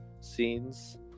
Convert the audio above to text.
scenes